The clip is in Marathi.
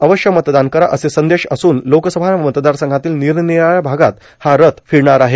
अवश्य मतदान करा असे संदेश असून लोकसभा मतदारसंघातील र्निर्रानराळ्या भागात हा रथ र्फिरणार आहे